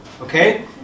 okay